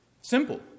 simple